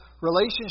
relationship